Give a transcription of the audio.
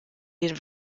den